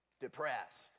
depressed